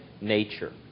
nature